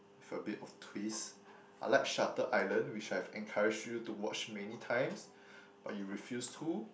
with a bit of twist I like shutter island which I've encourage you to watch many times but you refuse to